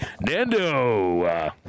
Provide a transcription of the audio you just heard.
Nando